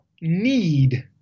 need